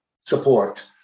support